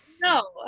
no